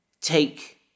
take